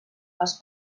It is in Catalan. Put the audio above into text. els